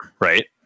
Right